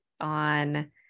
on